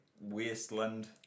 Wasteland